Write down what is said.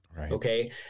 okay